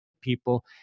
people